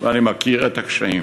ואני מכיר את הקשיים.